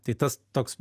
tai tas toks